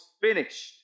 finished